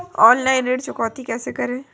Online ऋण चुकौती कैसे करें?